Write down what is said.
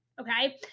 Okay